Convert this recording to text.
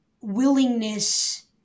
willingness